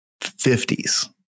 fifties